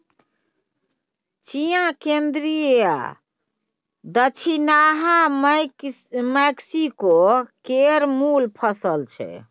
चिया केंद्रीय आ दछिनाहा मैक्सिको केर मुल फसल छै